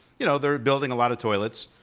you know, they're building a lot of toilets,